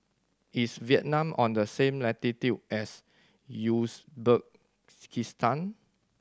is Vietnam on the same latitude as Uzbekistan